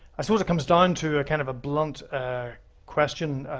i suppose it comes down to a kind of a blunt question.